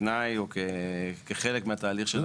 כתנאי או כחלק מהתהליך.